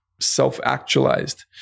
self-actualized